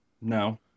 No